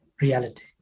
reality